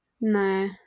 No